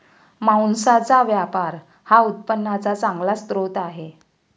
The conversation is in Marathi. मांसाचा व्यापार हा उत्पन्नाचा चांगला स्रोत आहे